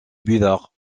buvard